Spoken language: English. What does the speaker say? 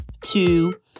two